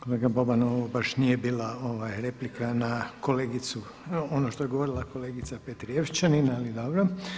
Kolega Boban, ovo baš nije bila replika na kolegicu, ono što je govorila kolegica Petrijevčanin, ali dobro.